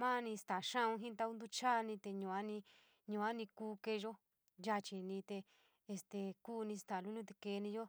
mas staa xa’aou te ntaau n lucho’a te yuani kuu keeyo yachini te este kuuni staa lutiun te keeyo.